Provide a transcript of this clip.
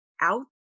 Out